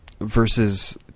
Versus